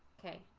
okay